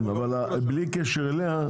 בלי קשר אליה,